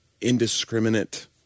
indiscriminate